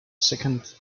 second